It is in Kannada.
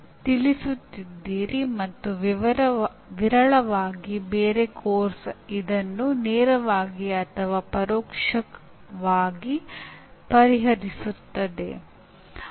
ಇದು ವರ್ಗ ಪರೀಕ್ಷೆಯಾಗಿರಬಹುದು ಕಾರ್ಯಯೋಜನೆಯಾಗಿರಬಹುದು ಪ್ರಯೋಗಾಲಯವಾಗಿರಬಹುದು ಅಥವಾ ಇದು ಅಂತಿಮ ಸೆಮಿಸ್ಟರ್ ಪರೀಕ್ಷೆಯಾಗಿರಬಹುದು